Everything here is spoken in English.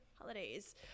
holidays